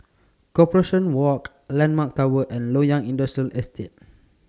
Corporation Walk Landmark Tower and Loyang Industrial Estate